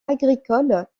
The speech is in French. agricoles